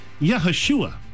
Yahushua